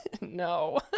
No